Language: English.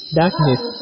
darkness